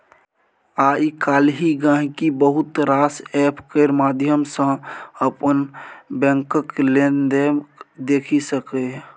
आइ काल्हि गांहिकी बहुत रास एप्प केर माध्यम सँ अपन बैंकक लेबदेब देखि सकैए